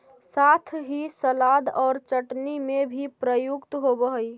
साथ ही सलाद और चटनी में भी प्रयुक्त होवअ हई